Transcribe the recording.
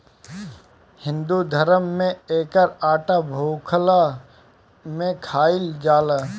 हिंदू धरम में एकर आटा भुखला में खाइल जाला